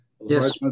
Yes